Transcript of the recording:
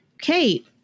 Kate